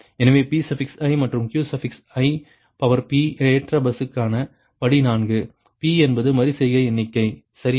எனவே Pi மற்றும் Qi ஏற்ற பஸ்க்கான படி 4 p என்பது மறு செய்கை எண்ணிக்கை சரியா